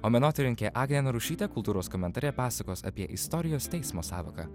o menotyrininkė agnė narušytė kultūros komentare pasakos apie istorijos teismo sąvoka